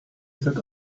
that